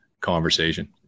conversation